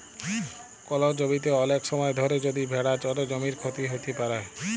call জমিতে ওলেক সময় ধরে যদি ভেড়া চরে জমির ক্ষতি হ্যত প্যারে